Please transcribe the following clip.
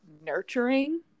nurturing